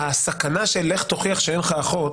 הסכנה של לך תוכיח שאין לך אחות,